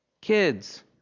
Kids